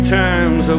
times